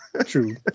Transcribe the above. True